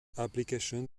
application